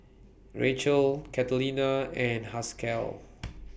Rachael Catalina and Haskell